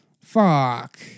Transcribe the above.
Fuck